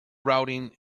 routing